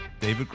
David